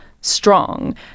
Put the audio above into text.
strong